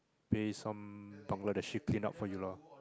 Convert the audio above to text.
pay some Bangladeshis paint up for you ah